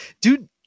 dude